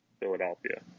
Philadelphia